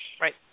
Right